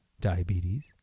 diabetes